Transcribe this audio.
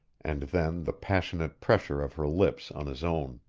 and then the passionate pressure of her lips on his own.